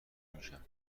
میشم، به